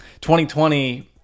2020